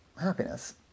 happiness